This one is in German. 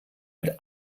mit